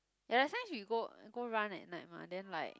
ya at times we go go run at night mah then like